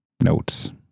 notes